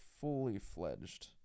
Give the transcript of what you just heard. fully-fledged